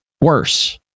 worse